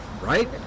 Right